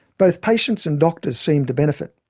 both patients and doctors seemed to benefit.